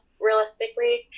realistically